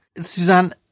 Suzanne